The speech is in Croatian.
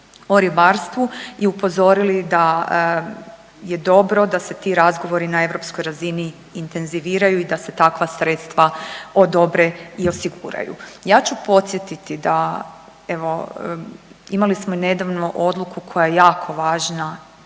i upozorili da je dobro da se ti razgovori na europskoj razini intenziviraju i da se takva sredstva odobre i osiguraju. Ja ću podsjetiti da evo imali smo i nedavno odluku koja je jako važna